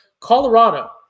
Colorado